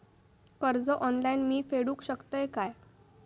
कर्ज ऑनलाइन मी फेडूक शकतय काय?